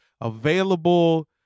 available